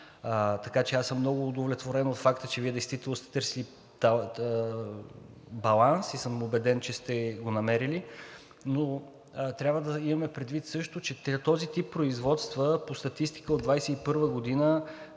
Така че аз съм много удовлетворен от факта, че Вие действително сте търсили баланс и съм убеден, че сте го намерили. Но трябва да имаме предвид също, че този тип производства по статистика от 2021 г.